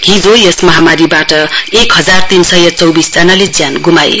हिजो यस महामारीबाट एक हजार तीन सय चौविस जनाले ज्यान गुमाए